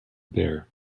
bear